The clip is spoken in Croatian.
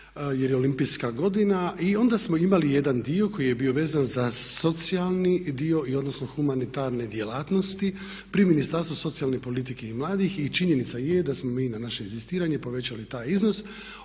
jer je olimpijske godina i onda smo imali jedan dio koji je bio vezan za socijalni dio, odnosno humanitarne djelatnosti pri Ministarstvu socijalne politike i mladih. I činjenica je da smo mi na naše inzistiranje povećali taj iznos,